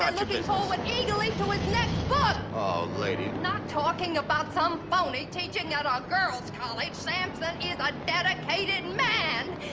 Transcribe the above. and looking forward eagerly to his next book. oh, lady! i'm not talking about some phony teaching at um a girls' college. samson is a dedicated man!